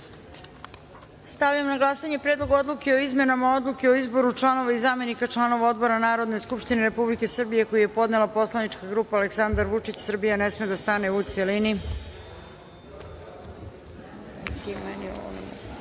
na glasanje Predlog odluke o izmenama odluke o izboru članova i zamena članova odbora Narodne skupštine Republike Srbije koji je podnela poslanička grupa Aleksandar Vučić – Srbija ne sme da stane, u celini. Molim